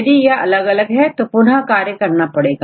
यदि यह अलग अलग है तो हमें पुनः कार्य करना पड़ेगा